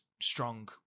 strong